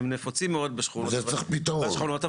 הם נפוצים מאוד בשכונות הוותיקות.